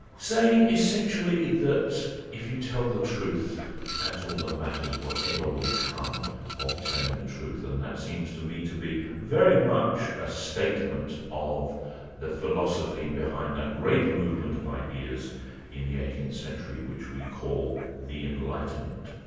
saying, essentially, that if you tell the truth that's all that matters, whatever will come of telling the truth. and that seems to me to be very much a statement of the philosophy behind that great movement of ideas in the eighteenth century, which we call the enlightenment.